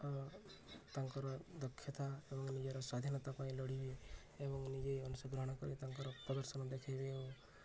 ତାଙ୍କର ଦକ୍ଷତା ଏବଂ ନିଜର ସ୍ଵାଧୀନତା ପାଇଁ ଲଢ଼ିବେ ଏବଂ ନିଜେ ଅଂଶ ଗ୍ରହଣ କରି ତାଙ୍କର ପ୍ରଦର୍ଶନ ଦେଖେଇବେ ଏବଂ